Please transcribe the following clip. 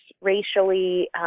racially